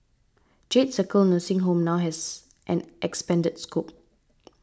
Jade Circle nursing home now has an expanded scope